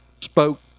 spoke